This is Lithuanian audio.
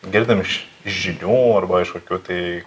girdim iš žinių arba iš kokių tai